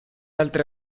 altre